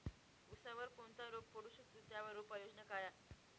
ऊसावर कोणता रोग पडू शकतो, त्यावर उपाययोजना काय?